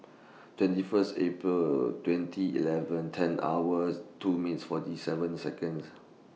twenty First April twenty eleven ten hours two minutes forty seven Seconds